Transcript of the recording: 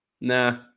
Nah